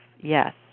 yes